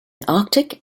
arctic